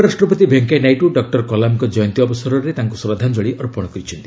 ଉପରାଷ୍ଟ୍ରପତି ଭେଙ୍କିୟାନାଇଡୁ ଡକ୍ଟର କଲାମଙ୍କ ଜୟନ୍ତୀ ଅବସରରେ ତାଙ୍କୁ ଶ୍ରଦ୍ଧାଞ୍ଚଳି ଅର୍ପଣ କରିଛନ୍ତି